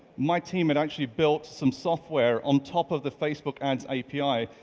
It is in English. my team had actually built some software on top of the facebook ads api,